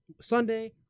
Sunday